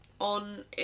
on